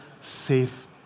safe